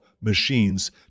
machines